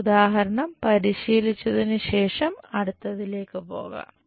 ആ ഉദാഹരണം പരിശീലിച്ചതിനു ശേഷം അടുത്തതിലേക്ക് പോകാം